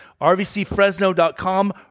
rvcfresno.com